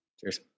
Cheers